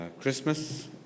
Christmas